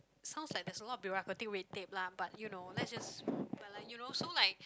sounds like there's a lot of bureaucraty red tape lah but you know let's just but like you know so like